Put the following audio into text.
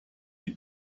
die